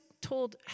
told